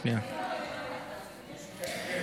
ולהארכת תוקפן של תקנות שעת חירום (חרבות ברזל)